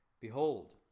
Behold